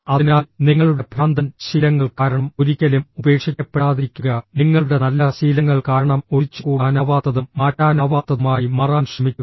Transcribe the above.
അതിനാൽ നിങ്ങളുടെ ഭ്രാന്തൻ ശീലങ്ങൾ കാരണം ഒരിക്കലും ഉപേക്ഷിക്കപ്പെടാതിരിക്കുക നിങ്ങളുടെ നല്ല ശീലങ്ങൾ കാരണം ഒഴിച്ചുകൂടാനാവാത്തതും മാറ്റാനാവാത്തതുമായി മാറാൻ ശ്രമിക്കുക